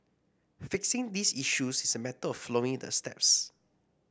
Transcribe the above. fixing these issues is a matter of following the steps